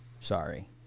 sorry